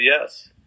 yes